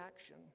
action